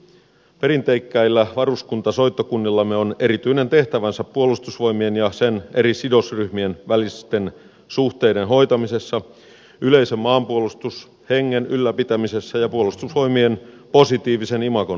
perinteikkäillä varuskuntasoittokunnillamme on erityinen tehtävänsä puolustusvoimien ja sen eri sidosryhmien välisten suhteiden hoitamisessa yleisen maanpuolustushengen ylläpitämisessä ja puolustusvoimien positiivisen imagon vahvistamisessa